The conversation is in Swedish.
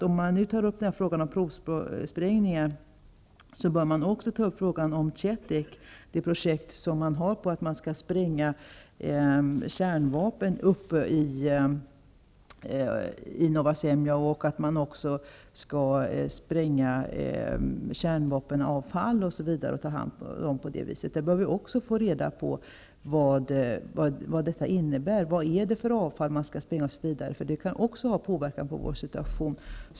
Om man nu tar upp frågan om provsprängningar bör man också ta upp frågan om Chetek, det projekt som finns om att spränga kärnvapen i Novaja Semlja och att man också skall spränga kärnavfall osv. och ta hand om det på det viset. Vi bör också få reda på vad detta innebär. Vad är det för avfall man skall spränga? Det kan också ha påverkan på vår situation.